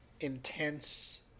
intense